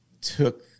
took